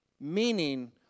Meaning